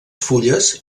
fulles